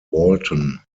walton